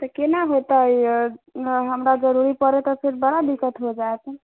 तऽ केना होतै हमरा जरूरी पड़त तऽ फेर बड़ा दिक्कत हो जायत